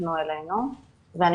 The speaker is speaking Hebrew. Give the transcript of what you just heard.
שהופנו אלינו, ואני